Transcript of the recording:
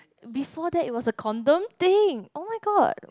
before that it was a condom thing oh-my-god